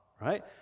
Right